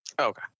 okay